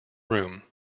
room